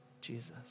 Jesus